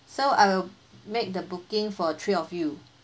so I'll make the booking for three of you